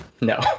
No